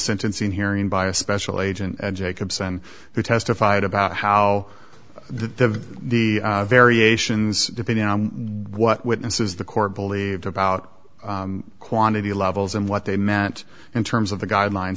sentencing hearing by a special agent jacobson who testified about how the the variations depending on what witnesses the court believed about quantity levels and what they meant in terms of the guidelines